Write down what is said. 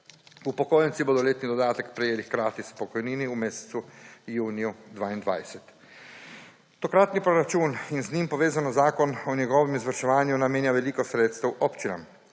Upokojenci bodo letni dodatek prejeli hkrati s pokojninami v mesecu juniju 2022. Tokratni proračun in z njim povezan zakon o njegovem izvrševanju namenjata veliko sredstev občinam.